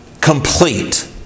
complete